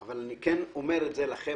-- אבל אני כן אומר לכם